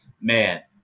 man